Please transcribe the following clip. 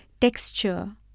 texture